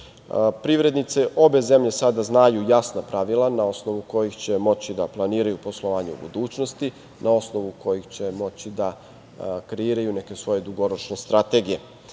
Privrednice obe zemlje sada znaju jasna pravila na osnovu kojih će moći da planiraju poslovanje u budućnosti na osnovu kojih će moći da kreiraju neke svoje dugoročne strategije.